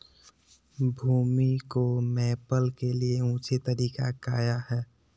भूमि को मैपल के लिए ऊंचे तरीका काया है?